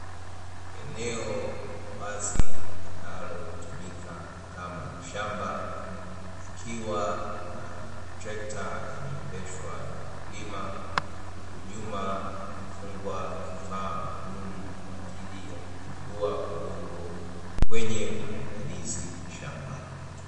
Eneo la wazi linalotumika kama shamba likiwa na trekta inaendeshwa na mkulima huku nyuma limefungwa kifaa maalumu kwa ajili ya kupindua udongo kwenye maandalizi ya shamba.